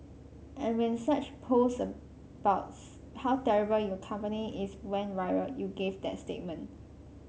and when such post about how terrible your company is went viral you gave that statement